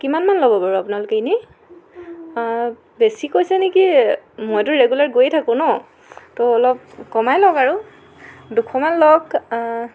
কিমানমান ল'ব বাৰু আপোনালোকে এনেই বেছি কৈছে নেকি মইতো ৰেগুলাৰ গৈয়ে থাকো ন ত' অলপ কমাই লওক আৰু দুশ মান লওক